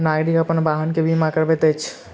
नागरिक अपन वाहन के बीमा करबैत अछि